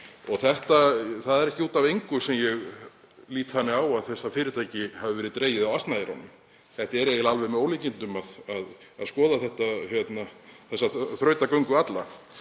Það er ekki út af engu sem ég lít þannig á að það fyrirtæki hafi verið dregið á asnaeyrunum. Það er eiginlega alveg með ólíkindum að skoða þessa þrautagöngu alla.